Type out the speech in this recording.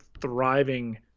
thriving